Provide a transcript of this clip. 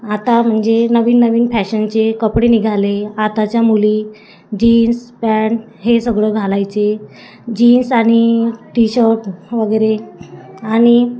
आता म्हणजे नवीन नवीन फॅशनचे कपडे निघाले आताच्या मुली जीन्स पँन्ट हे सगळं घालायचे जीन्स आणि टी शर्ट वगैरे आणि